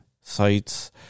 sites